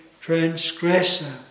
transgressor